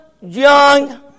young